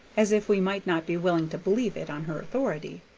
as if we might not be willing to believe it on her authority.